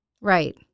Right